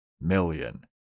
million